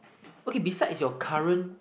okay beside is your current